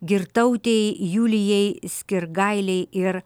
girtautei julijai skirgailei ir